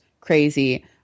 crazy